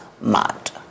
mad